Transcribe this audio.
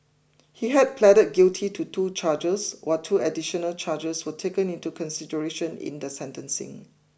he had pleaded guilty to two charges while two additional charges were taken into consideration in the sentencing